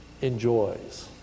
enjoys